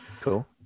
Cool